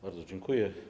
Bardzo dziękuję.